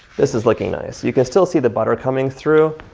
this is looking nice. you can still see the butter coming through.